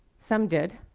some did,